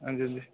हां जी हां जी